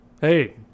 Hey